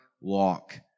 walk